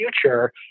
future